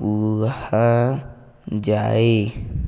କୁହାଯାଏ